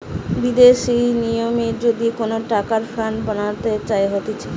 বিদেশি নিয়মে যদি কোন টাকার ফান্ড বানানো হতিছে